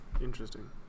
Interesting